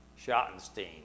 Schottenstein